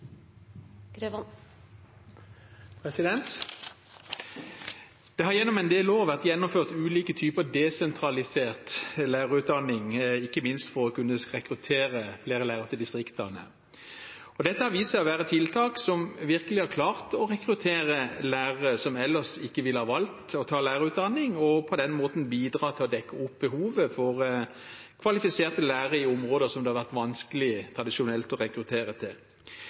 høyere grad. Det har gjennom en del år vært gjennomført ulike typer desentralisert lærerutdanning, ikke minst for å kunne rekruttere flere lærere til distriktene. Dette har vist seg å være tiltak som virkelig har klart å rekruttere lærere som ellers ikke ville ha valgt å ta lærerutdanning, og på den måten bidratt til å dekke behovet for kvalifiserte lærere i områder som det tradisjonelt har vært vanskelig å rekruttere til.